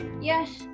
Yes